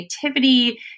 creativity